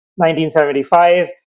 1975